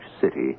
city